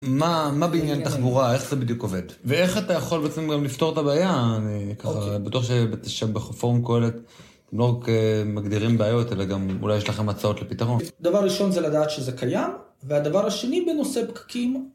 מה, מה בעניין תחבורה, איך זה בדיוק עובד? ואיך אתה יכול בעצם גם לפתור את הבעיה, אני ככה, בטוח שבפורום קהלת לא רק מגדירים בעיות, אלא גם אולי יש לכם הצעות לפתרון. דבר ראשון זה לדעת שזה קיים, והדבר השני בנושא פקקים...